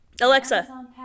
Alexa